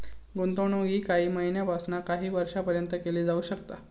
गुंतवणूक ही काही महिन्यापासून काही वर्षापर्यंत केली जाऊ शकता